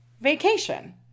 vacation